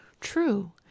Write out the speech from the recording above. True